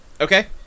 Okay